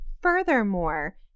Furthermore